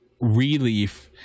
Relief